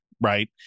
right